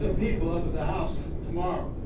ah people up at the house, tomorrow.